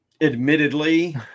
admittedly